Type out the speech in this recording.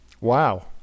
wow